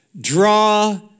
draw